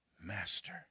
master